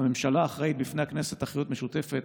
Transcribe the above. "הממשלה אחראית בפני הכנסת אחריות משותפת".